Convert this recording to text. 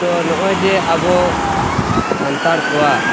ᱛᱚ ᱱᱚᱜᱼᱚᱸᱭ ᱡᱮ ᱟᱵᱚ ᱥᱟᱱᱛᱟᱲ ᱠᱚᱣᱟᱜ